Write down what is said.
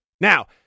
Now